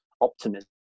optimism